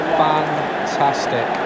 fantastic